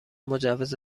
مجوز